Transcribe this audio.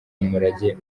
umurage